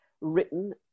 written